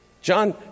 John